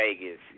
Vegas